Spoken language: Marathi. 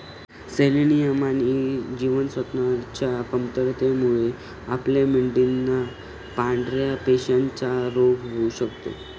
सेलेनियम आणि ई जीवनसत्वच्या कमतरतेमुळे आपल्या मेंढयांना पांढऱ्या मासपेशींचा रोग होऊ शकतो